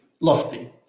lofty